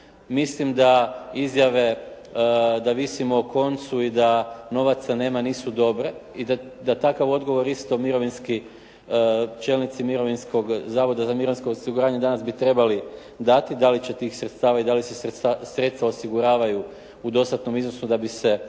Mislim da izjave da visimo o koncu i da novaca nema nisu dobre i da takav odgovor isto mirovinski, čelnici mirovinskog, Zavoda za mirovinsko osiguranje danas bi trebali dati. Da li će tih sredstava i da li se sredstva osiguravaju u dostatnom iznosu da bi se mogla